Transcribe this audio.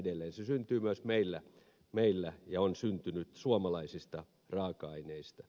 se syntyy myös meillä ja on syntynyt suomalaisista raaka aineista